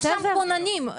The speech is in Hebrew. כתוב שם כוננים.